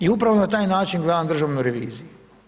I upravo na taj način gledam državnu reviziju.